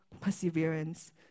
perseverance